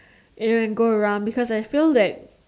and then go around because I feel that